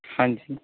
ਹਾਂਜੀ